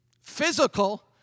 Physical